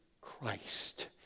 Christ